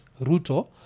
Ruto